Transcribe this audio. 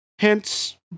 Hence